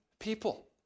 People